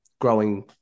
growing